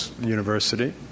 university